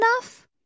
enough